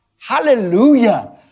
Hallelujah